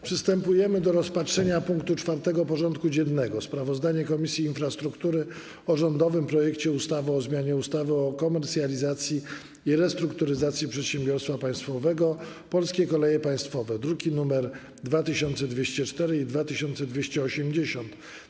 Przystępujemy do rozpatrzenia punktu 4. porządku dziennego: Sprawozdanie Komisji Infrastruktury o rządowym projekcie ustawy o zmianie ustawy o komercjalizacji i restrukturyzacji przedsiębiorstwa państwowego ˝Polskie Koleje Państwowe˝ (druki nr 2204 i 2280)